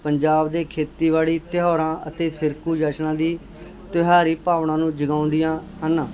ਪੰਜਾਬ ਦੇ ਖੇਤੀਬਾੜੀ ਤਿਉਹਾਰਾਂ ਅਤੇ ਫਿਰਕੂ ਜਸ਼ਨਾਂ ਦੀ ਤਿਉਹਾਰੀ ਭਾਵਨਾ ਨੂੰ ਜਗਾਉਂਦੀਆਂ ਹਨ